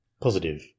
positive